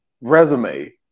resume